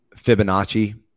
Fibonacci